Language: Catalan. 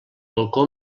balcó